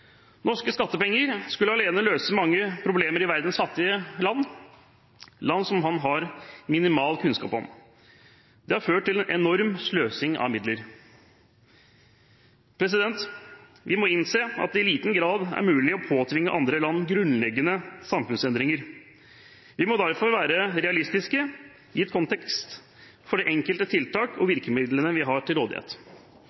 Norske skattepenger skulle alene løse mange problemer i verdens fattige land – land man har minimal kunnskap om. Det har ført til en enorm sløsing av midler. Vi må innse at det i liten grad er mulig å påtvinge andre land grunnleggende samfunnsendringer. Vi må derfor være realistiske, gitt kontekst for det enkelte tiltak og virkemidlene vi